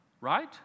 Right